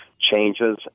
changes